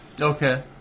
Okay